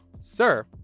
Sir